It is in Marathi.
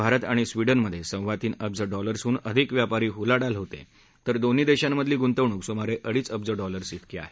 भारत आणि स्विडनमध्ये सव्वातीन अब्ज डॉलर्सहून अधिक व्यापारी उलाढाल होते तर दोन्ही देशांमधली गुंतवणूक सुमारे अडीच अब्ज डॉलर्स त्रिकी आहे